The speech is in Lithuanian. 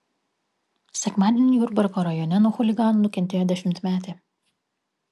sekmadienį jurbarko rajone nuo chuliganų nukentėjo dešimtmetė